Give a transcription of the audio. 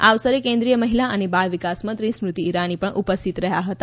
આ અવસરે કેન્દ્રિય મહિલા અને બાળ વિકાસ મંત્રી સ્મૃતિ ઈરાની પણ ઉપસ્થિત રહ્યા હતા